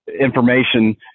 Information